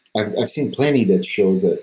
i've seen plenty that show that,